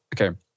okay